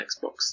Xbox